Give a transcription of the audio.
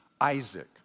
Isaac